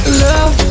love